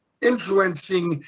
influencing